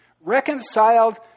Reconciled